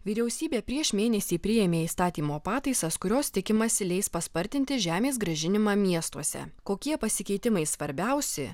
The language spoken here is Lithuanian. vyriausybė prieš mėnesį priėmė įstatymo pataisas kurios tikimasi leis paspartinti žemės grąžinimą miestuose kokie pasikeitimai svarbiausi